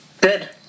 Good